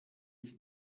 ich